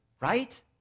Right